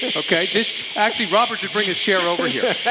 but okay. this actually robert should bring his chair over here.